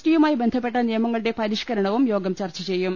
ടിയുമായി ബന്ധപ്പെട്ട നിയമങ്ങളുടെ പരിഷ്കരണവും യോഗം ചർച്ചചെയ്യും